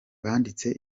banditse